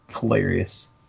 Hilarious